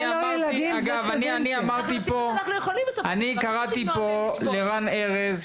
אני קראתי פה לרן ארז,